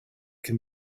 can